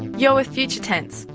you're with future tense,